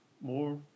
more